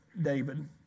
David